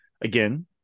again